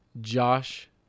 Josh